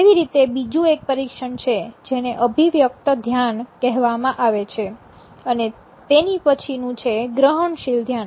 તેવી રીતે બીજું એક પરીક્ષણ છે જેને અભિવ્યક્ત ધ્યાન કહેવામાં આવે છે અને તેની પછીનું છે ગ્રહણશીલ ધ્યાન